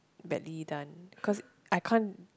badly done cause I can't